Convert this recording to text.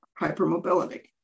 hypermobility